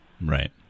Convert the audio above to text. Right